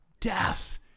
death